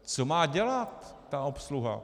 Co má dělat ta obsluha?